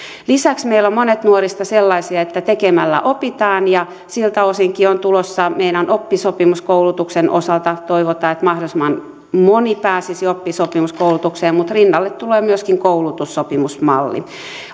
lisäksi meillä ovat monet nuorista sellaisia että tekemällä opitaan ja siltä osinkin on tulossa oppisopimuskoulutuksen osalta toivotaan että mahdollisimman moni pääsisi oppisopimuskoulutukseen mutta rinnalle tulee myöskin koulutussopimusmalli